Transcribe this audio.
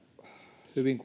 hyvin